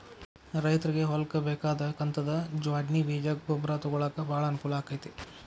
ರೈತ್ರಗೆ ಹೊಲ್ಕ ಬೇಕಾದ ಕಂತದ ಜ್ವಾಡ್ಣಿ ಬೇಜ ಗೊಬ್ರಾ ತೊಗೊಳಾಕ ಬಾಳ ಅನಕೂಲ ಅಕೈತಿ